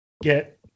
get